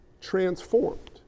transformed